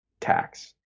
tax